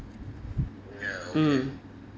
mm